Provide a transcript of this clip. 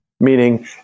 Meaning